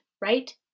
right